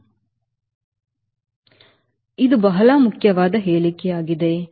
ಆದ್ದರಿಂದ ಇದು ಬಹಳ ಮುಖ್ಯವಾದ ಹೇಳಿಕೆಯಾಗಿದೆ